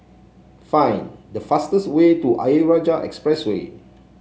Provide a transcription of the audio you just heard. find the fastest way to Ayer Rajah Expressway